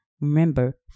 Remember